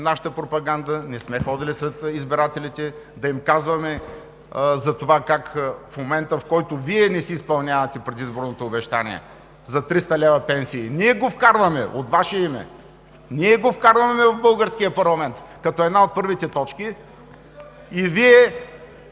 нашата пропаганда, не сме ходили сред избирателите да им казваме за това как в момента, в който Вие не си изпълнявате предизборното обещание за 300 лв. пенсии, ние го вкарваме от Ваше име! Ние го вкарваме в българския парламент като една от първите точки и Вие